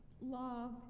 love